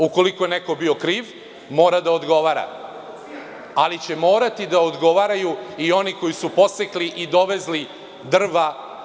Ukoliko je neko bio kriv, mora da odgovara, ali će morati da odgovaraju i oni koji su posekli i dovezli drva.